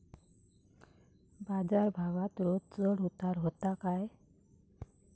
बाजार भावात रोज चढउतार व्हता काय?